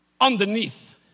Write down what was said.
underneath